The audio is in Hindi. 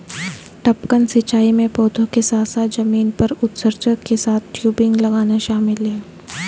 टपकन सिंचाई में पौधों के साथ साथ जमीन पर उत्सर्जक के साथ टयूबिंग लगाना शामिल है